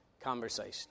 conversation